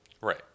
Right